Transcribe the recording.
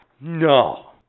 No